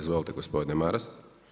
Izvolite gospodin Maras.